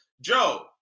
Joe